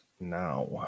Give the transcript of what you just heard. now